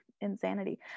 insanity